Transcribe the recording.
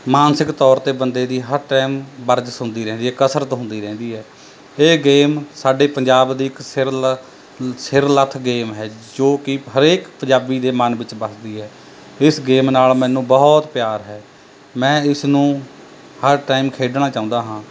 ਮਾਨਸਿਕ ਤੌਰ 'ਤੇ ਬੰਦੇ ਦੀ ਹਰ ਟਾਈਮ ਵਰਜਿਸ਼ ਹੁੰਦੀ ਰਹਿੰਦੀ ਹੈ ਕਸਰਤ ਹੁੰਦੀ ਰਹਿੰਦੀ ਹੈ ਇਹ ਗੇਮ ਸਾਡੇ ਪੰਜਾਬ ਦੀ ਇੱਕ ਸਿਰਲ ਸਿਰਲੱਥ ਗੇਮ ਹੈ ਜੋ ਕਿ ਹਰੇਕ ਪੰਜਾਬੀ ਦੇ ਮਨ ਵਿੱਚ ਵੱਸਦੀ ਹੈ ਇਸ ਗੇਮ ਨਾਲ਼ ਮੈਨੂੰ ਬਹੁਤ ਪਿਆਰ ਹੈ ਮੈਂ ਇਸ ਨੂੰ ਹਰ ਟਾਈਮ ਖੇਡਣਾ ਚਾਹੁੰਦਾ ਹਾਂ